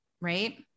right